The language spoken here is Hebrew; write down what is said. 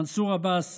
מנסור עבאס